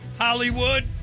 hollywood